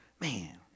man